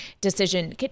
decision